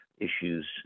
issues